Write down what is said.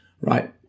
right